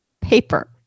paper